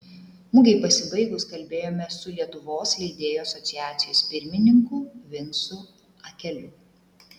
mugei pasibaigus kalbėjomės su lietuvos leidėjų asociacijos pirmininku vincu akeliu